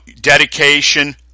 dedication